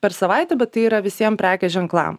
per savaitę bet tai yra visiem prekės ženklam